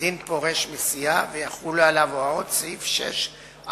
כדין פורש מסיעה, ויחולו הוראות סעיף 6א(א),